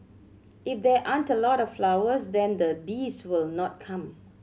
if there aren't a lot of flowers then the bees will not come